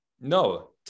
No